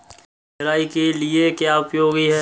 निराई के लिए क्या उपयोगी है?